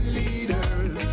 leaders